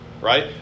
right